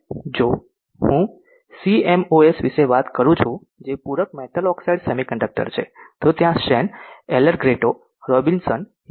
જો હું સીએમઓએસ વિશે વાત કરું છું જે પૂરક મેટલ ઓકસાઈડ સેમીકન્ડક્ટર છે તો ત્યાં શેન એલેરગ્રેટો રોબિન્સન યુ